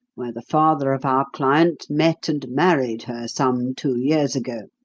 where the father of our client met and married her some two years ago,